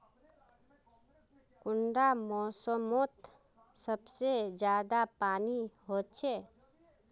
कुंडा मोसमोत सबसे ज्यादा पानी होचे?